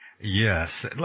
Yes